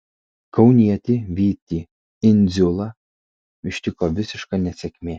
kaunietį vytį indziulą ištiko visiška nesėkmė